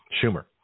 Schumer